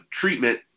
treatment